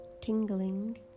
tingling